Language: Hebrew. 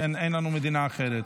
כן, אין לנו מדינה אחרת.